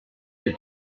que